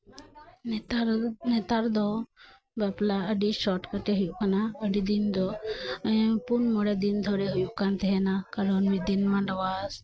ᱱᱮᱛᱟᱨ ᱱᱮᱛᱟᱨ ᱫᱚ ᱵᱟᱯᱞᱟ ᱟᱰᱤ ᱥᱚᱴᱠᱟᱴᱮ ᱦᱩᱭᱩᱜ ᱠᱟᱱᱟ ᱟᱰᱤᱫᱤᱱ ᱫᱚ ᱯᱩᱱ ᱢᱚᱬᱮ ᱫᱤᱱ ᱫᱷᱚᱨᱮ ᱦᱩᱭᱜ ᱠᱟᱱ ᱛᱟᱦᱮᱸᱱᱟ ᱠᱟᱨᱚᱱ ᱢᱤᱜᱫᱤᱱ ᱢᱟᱰᱣᱟ